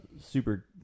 super